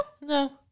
No